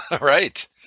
right